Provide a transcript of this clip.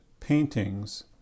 Paintings